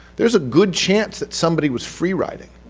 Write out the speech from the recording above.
there's a good chance that somebody was free-riding,